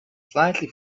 slightly